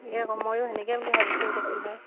ইয়ে ময়ো আকৌ সেনেকে বুলি ভাবিছোঁ এতিয়া কি হয়